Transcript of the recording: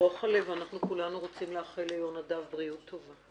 רוחלה ואנחנו כולנו רוצים לאחל ליהונדב בריאות טובה,